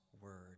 word